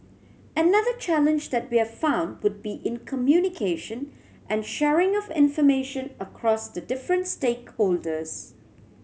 another challenge that we have found would be in communication and sharing of information across the different stakeholders